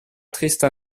triste